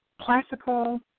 classical